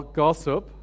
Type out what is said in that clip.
gossip